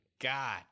God